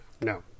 No